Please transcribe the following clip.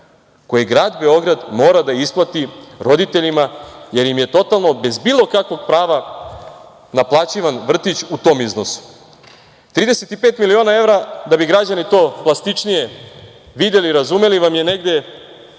koje grad Beograd mora da isplati roditeljima jer im je totalno bez bilo kakvog prava naplaćivan vrtić u tom iznosu. Trideset pet miliona evra, da bi građani to plastičnije videli i razumeli, je negde